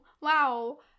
Wow